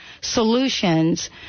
solutions